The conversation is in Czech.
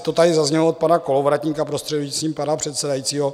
To tady zaznělo od pana Kolovratníka, prostřednictvím pana předsedajícího.